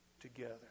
together